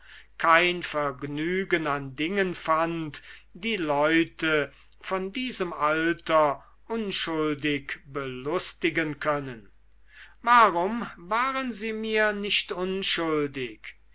kein vergnügen an dingen fand die leute von diesem alter unschuldig belustigen können warum waren sie mir nicht unschuldig